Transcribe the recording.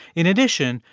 in addition,